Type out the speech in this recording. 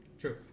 True